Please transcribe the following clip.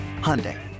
Hyundai